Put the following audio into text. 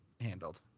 handled